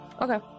Okay